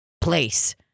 place